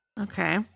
Okay